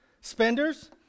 Spenders